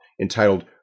entitled